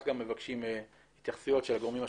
גם מבקשים התייחסויות של הגורמים השונים.